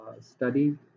study